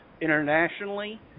internationally